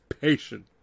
Patient